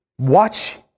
Watch